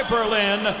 Berlin